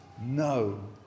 no